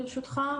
ברשותך.